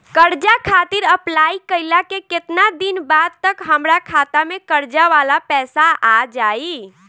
कर्जा खातिर अप्लाई कईला के केतना दिन बाद तक हमरा खाता मे कर्जा वाला पैसा आ जायी?